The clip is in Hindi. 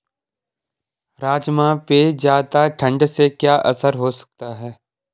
राजमा पे ज़्यादा ठण्ड से क्या असर हो सकता है?